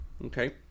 Okay